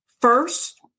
first